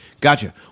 Gotcha